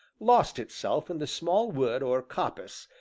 lost itself in the small wood or coppice,